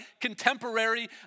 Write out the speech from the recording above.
contemporary